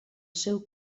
seu